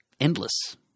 endless